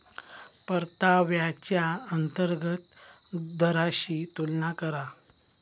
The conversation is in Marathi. परताव्याच्या अंतर्गत दराशी तुलना करा